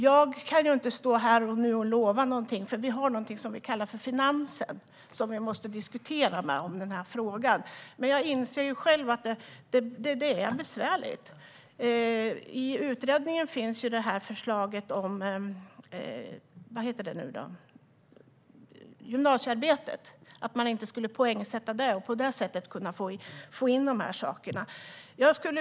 Jag kan ju inte stå här och lova någonting, för vi har något som vi kallar för finansen, som vi måste diskutera denna fråga med. Men jag inser själv att detta är besvärligt. I utredningen finns förslaget om gymnasiearbetet - att man inte skulle poängsätta det och på det sättet kunna få in dessa saker.